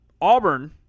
Auburn